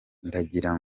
ndagira